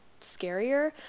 scarier